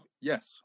Yes